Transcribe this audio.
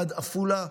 עד עפולה.